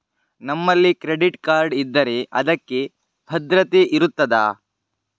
ನಮ್ಮಲ್ಲಿ credit card ಇದ್ದರೆ ಅದಕ್ಕೆ ಭದ್ರತೆ ಇರುತ್ತದಾ?